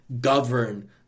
govern